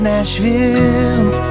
Nashville